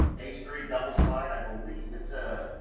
h three double slide i believe it's a